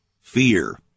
fear